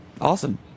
Awesome